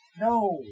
No